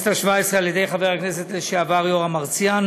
בכנסת ה-17, על ידי חבר הכנסת לשעבר יורם מרציאנו,